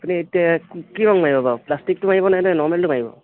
আপুনি এতিয়া কি ৰং মাৰিব বাৰু প্লাষ্টিকটো মাৰিবনে নে নৰ্মেলটো মাৰিব